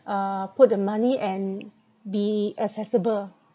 uh put the money and be accessible